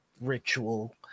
ritual